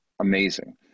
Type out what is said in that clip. amazing